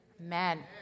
Amen